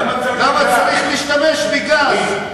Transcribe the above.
למה צריך להשתמש בגז?